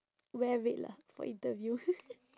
wear red lah for interview